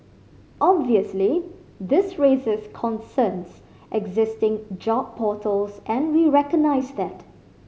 obviously this raises concerns existing job portals and we recognise that